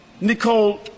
Nicole